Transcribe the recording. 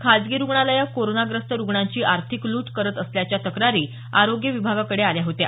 खाजगी रुग्णालयं कोरोनाग्रस्त रुग्णांची आर्थिक लूट करत असल्याच्या तक्रारी आरोग्य विभागाकडे आल्या होत्या